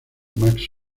max